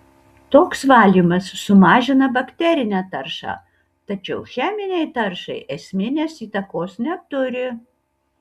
toks valymas sumažina bakterinę taršą tačiau cheminei taršai esminės įtakos neturi